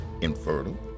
infertile